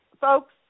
folks